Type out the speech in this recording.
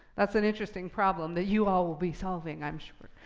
that's an interesting problem that you all will be solving, i'm sure.